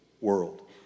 world